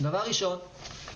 דבר ראשון,